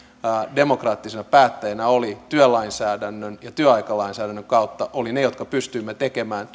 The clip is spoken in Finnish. demokraattisina päättäjinä oli työlainsäädännön ja työaikalainsäädännön kautta olivat ne jotka pystyimme tekemään